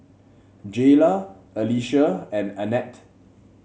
Jayla Alysia and Annette